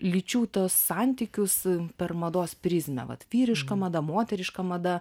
lyčių santykius per mados prizmę vat vyriška mada moteriška mada